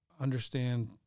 understand